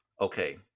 okay